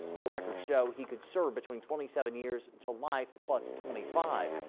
court records show he could serve between twenty seven years to life plus twenty five.